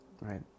right